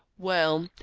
well,